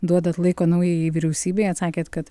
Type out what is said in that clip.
duodat laiko naujajai vyriausybei atsakėt kad